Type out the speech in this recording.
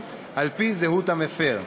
על-פי זהות המפר.